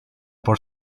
por